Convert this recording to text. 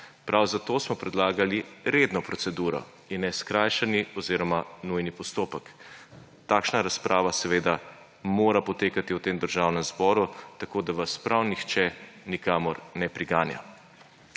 Prav zato smo predlagali redno proceduro in ne skrajšani oziroma nujni postopek. Takšna razprava seveda mora potekati v tem državnem zboru, tako da vas prav nihče nikamor ne priganja.